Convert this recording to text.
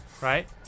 Right